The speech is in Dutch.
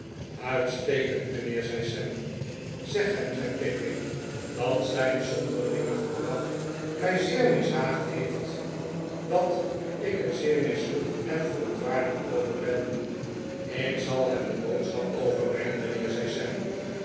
uitstekend mijnheer zei sam zeg hem zei pickwick dat zijn zonderlinge gedrag mij zeer mishaagd heeft dat ik er zeer misnoegd en verontwaardigd over ben ik zal hem de boodschap overbrengen mijnheer zei